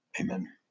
Amen